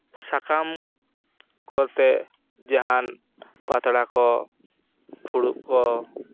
ᱥᱟᱠᱟᱢ ᱠᱚᱛᱮ ᱡᱟᱦᱟᱱ ᱯᱟᱛᱲᱟ ᱠᱚ ᱯᱷᱩᱲᱩᱜ ᱠᱚ